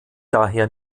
daher